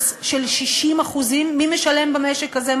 מס של 60% מי משלם במשק הזה?